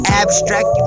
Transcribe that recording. abstract